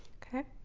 ok,